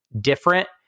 different